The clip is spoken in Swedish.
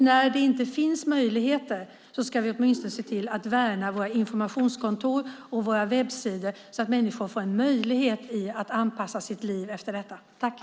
När det inte finns möjligheter ska vi åtminstone se till att värna våra informationskontor och våra webbsidor så att människor får en möjlighet att anpassa sitt liv efter vad som gäller.